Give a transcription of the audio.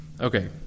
okay